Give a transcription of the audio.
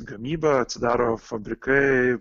gamybą atsidaro fabrikai